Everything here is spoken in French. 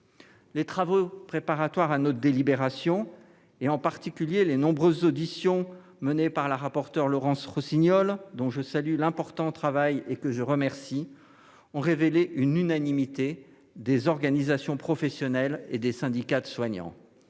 Les travaux préparatoires à notre délibération, et en particulier les nombreuses auditions menées par la rapporteure Laurence Rossignol, que je remercie et dont je salue l'important travail, ont révélé l'unanimité des organisations professionnelles et des syndicats de soignants